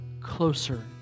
closer